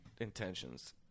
intentions